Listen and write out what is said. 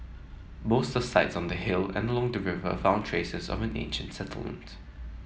most sites on the hill and along the river found traces of an ancient settlement